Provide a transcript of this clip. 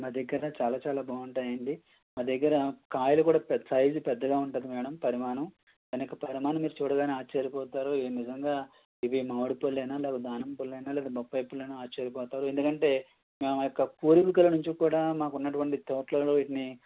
మా దగ్గర చాలా చాలా బాగుంటాయండీ మా దగ్గర కాయలు కూడా పెద్ద సైజు పెద్దగా ఉంటుంది మేడం పరిమాణం మనకి పరిమాణం మీరు చూడగానే ఆశ్చర్యపోతారు నిజంగా ఇవి మామిడిపళ్ళేనా లేపోతే దానిమ్మపళ్ళేనా లేపోతే బొప్పాయిపళ్ళేనా ఆశ్చర్యపోతారు ఎందుకంటే మా మాయొక్క పోలుకరించు కూడా మాకున్నటువంటి తోట్లల్లో వీటిని